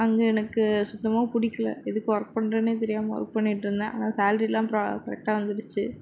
அங்கே எனக்கு சுத்தமாக பிடிக்கல எதுக்கு வொர்க் பண்றோனே தெரியாமல் வொர்க் பண்ணிட்டிருந்தேன் ஆனால் சேலரிலாம் ப்ரா கரெக்டாக வந்துடுச்சு